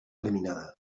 eliminada